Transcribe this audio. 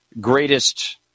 greatest